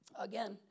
again